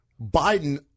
Biden